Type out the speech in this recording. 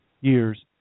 years